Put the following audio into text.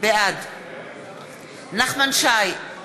בעד נחמן שי,